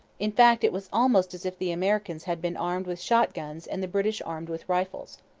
in fact, it was almost as if the americans had been armed with shot-guns and the british armed with rifles.